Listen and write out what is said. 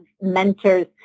mentors